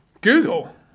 Google